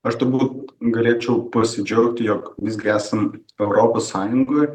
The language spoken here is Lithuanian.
aš turbūt galėčiau pasidžiaugti jog visgi esam europos sąjungoje